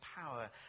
power